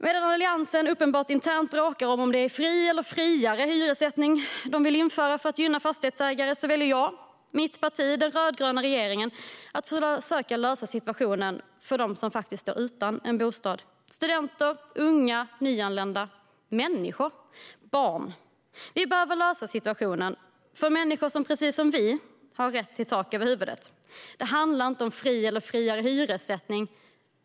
Medan Alliansen uppenbart internt bråkar om ifall de vill införa fri eller friare hyressättning för att gynna fastighetsägare väljer jag, mitt parti och den rödgröna regeringen att försöka lösa situationen för dem som står utan en bostad: studenter, unga, nyanlända och barn. Vi behöver lösa situationen för människor som, precis som vi, har rätt till tak över huvudet. Det handlar inte om fri eller friare hyressättning.